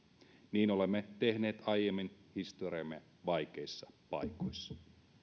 niin olemme tehneet aiemmin historiamme vaikeissa paikoissa